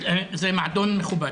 זה מועדון מכובד.